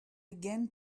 again